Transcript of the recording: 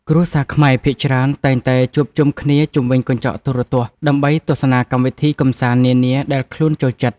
គ្រួសារខ្មែរភាគច្រើនតែងតែជួបជុំគ្នាជុំវិញកញ្ចក់ទូរទស្សន៍ ដើម្បីទស្សនាកម្មវិធីកម្សាន្តនានាដែលខ្លួនចូលចិត្ត។